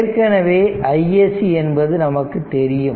ஏற்கனவே iSC என்பது நமக்கு தெரியும்